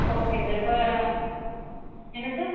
okay sir இப்போ என்ன sir